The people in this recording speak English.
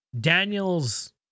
Daniel's